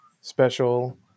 special